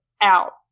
out